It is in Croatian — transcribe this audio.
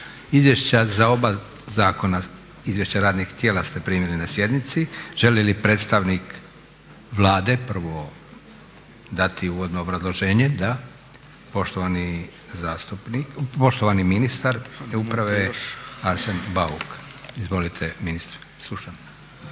Izvješća za oba zakona, izvješća radnih tijela ste primili na sjednici. Želi li predstavnik Vlade prvo dati uvodno obrazloženje? Da. Poštovani ministar uprave Arsen Bauk. Izvolite ministre.